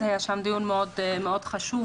את השירות הזה אנחנו צריכים לחזק.